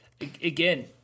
again